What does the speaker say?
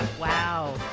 Wow